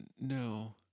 no